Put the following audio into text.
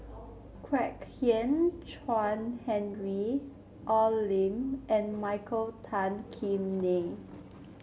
Kwek Hian Chuan Henry Al Lim and Michael Tan Kim Nei